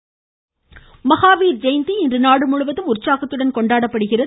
மகாவீர் ஜெயந்தி மகாவீர் ஜெயந்தி இன்று நாடுமுழுவதும் உற்சாகத்துடன் கொண்டாடப்படுகிறது